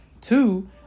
Two